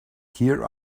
here